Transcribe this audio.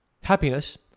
happiness